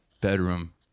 bedroom